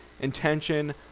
intention